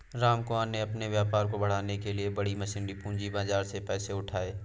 रामकुमार ने अपने व्यापार को बढ़ाने के लिए बड़ी मशीनरी पूंजी बाजार से पैसे उठाए